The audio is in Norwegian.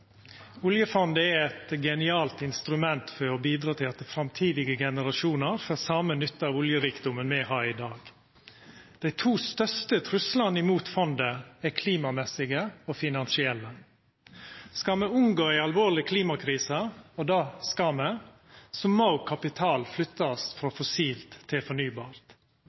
Oljefondet er eit genialt instrument for å bidra til at framtidige generasjonar får same nytte av oljerikdomen me har i dag. Dei to største truslane mot fondet er klimamessige og finansielle. Skal me unngå ei alvorleg klimakrise – og det skal me – må kapital flyttast frå fossilt til fornybart.